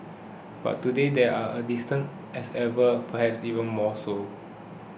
but today they are as distant as ever perhaps even more so